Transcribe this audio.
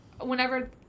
whenever